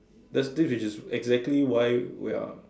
that's this is exactly why we are